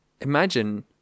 Imagine